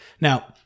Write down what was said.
Now